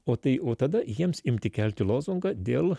o tai o tada jiems imti kelti lozungą dėl